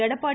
Edappadi